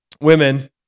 Women